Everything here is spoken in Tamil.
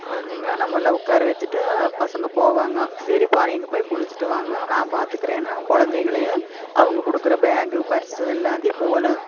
குழந்தைக நம்ம எல்லா உட்கார வச்சுட்டு பசங்க போவாங்க சரிப்பா நீங்கள் போய் குளிச்சிவிட்டு வாங்க நாங்கள் பார்த்துக்குறேன்னு நம்ம குழந்தைகளையும் அவங்க கொடுக்குற பேக்கு பர்ஸு எல்லாத்தையும் போனு